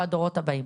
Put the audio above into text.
והדורות הבאים.